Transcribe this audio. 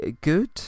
good